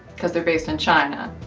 because they're based in china.